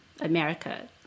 America